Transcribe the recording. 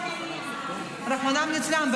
רחמנא ליצלן,